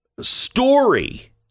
story